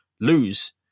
lose